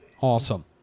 Awesome